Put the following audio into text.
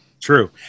True